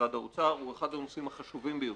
משרד האוצר, הוא אחד הנושאים החשובים ביותר.